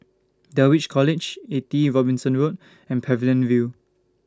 Dulwich College eighty Robinson Road and Pavilion View